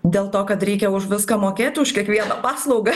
dėl to kad reikia už viską mokėt už kiekvieną paslaugą